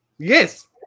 Yes